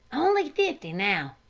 only fifty, now.